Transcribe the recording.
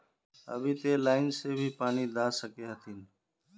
अभी ते लाइन से भी पानी दा सके हथीन?